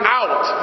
out